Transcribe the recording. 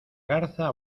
garza